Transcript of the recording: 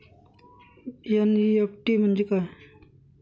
NEFT म्हणजे काय?